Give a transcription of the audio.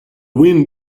wind